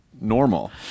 normal